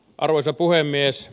arvoisa puhemies